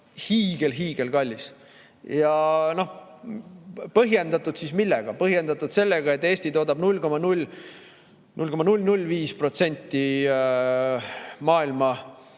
on hiigelkallis. Ja põhjendatud siis millega? Põhjendatud sellega, et Eesti toodab 0,005% maailma